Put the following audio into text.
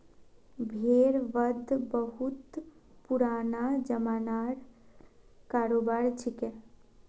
भेड़ वध बहुत पुराना ज़मानार करोबार छिके